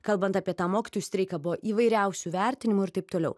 kalbant apie tą mokytojų streiką buvo įvairiausių vertinimų ir taip toliau